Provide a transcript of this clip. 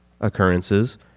occurrences